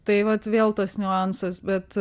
tai vat vėl tas niuansas bet